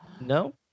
No